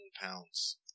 pounds